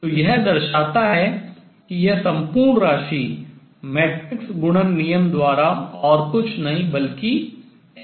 तो यह दर्शाता है कि यह सम्पूर्ण राशि मैट्रिक्स गुणन नियम द्वारा और कुछ नहीं बल्कि xpnn है